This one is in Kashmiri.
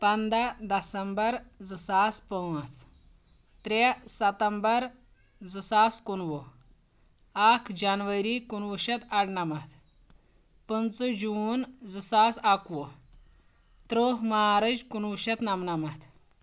پَنداہ دَسَمبر زٕ ساس پانٛژھ ترٛےٚ سَتمبر زٕ ساس کُنوُہ اکھ جنؤری کُنوُہ شیٚتھ ارنَمَتھ پٕنژٕ جوٗن زٕساس اکوُہ ترٕہ مارٕچ کُنوُہ شیٚتھ نمنَمَتھ